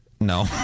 No